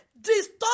Disturb